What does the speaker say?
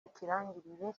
w’ikirangirire